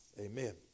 Amen